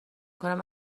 کنم